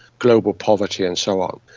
global poverty and so on.